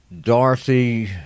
Dorothy